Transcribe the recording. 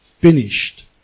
finished